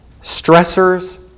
stressors